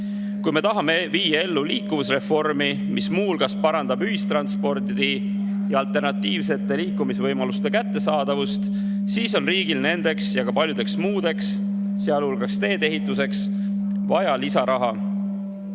Kui me tahame viia ellu liikuvusreformi, mis muu hulgas parandab ühistranspordi ja alternatiivsete liikumisvõimaluste kättesaadavust, siis on riigil selleks ja ka paljuks muuks, sealhulgas tee-ehituseks, vaja lisaraha.